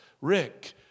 Rick